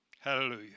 Hallelujah